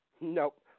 Nope